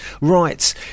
right